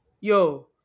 yo